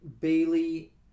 bailey